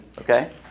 Okay